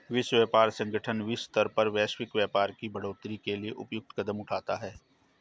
विश्व व्यापार संगठन विश्व स्तर पर वैश्विक व्यापार के बढ़ोतरी के लिए उपयुक्त कदम उठाता है